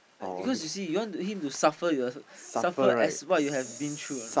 like because you want him to suffer you also suffer as what you have been through or not